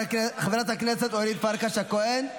חברת הכנסת אורית פרקש הכהן,